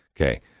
Okay